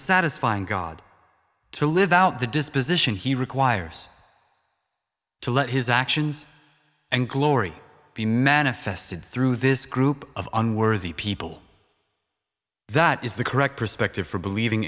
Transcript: satisfying god to live out the disposition he requires to let his actions and glory be manifested through this group of unworthy people that is the correct perspective for believing